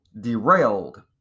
Derailed